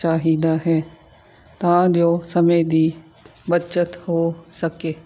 ਚਾਹੀਦਾ ਹੈ ਤਾਂ ਜੋ ਸਮੇਂ ਦੀ ਬੱਚਤ ਹੋ ਸਕੇ